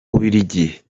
bubiligi